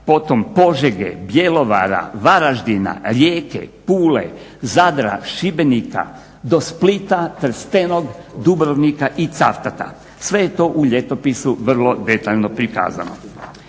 potom Požege, Bjelovara, Varaždina, Rijeke, Pule, Zadra, Šibenika do Splita, Trstenog, Dubrovnika i Cavtata. Sve je to u ljetopisu vrlo detaljno prikazano.